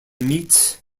meat